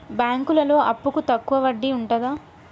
బ్యాంకులలో అప్పుకు తక్కువ వడ్డీ ఉంటదా?